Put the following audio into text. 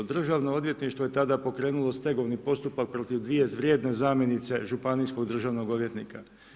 Državno odvjetništvo je tada pokrenulo stegovni postupak protiv dvije vrijedne zamjenice županijskog državnog odvjetnika.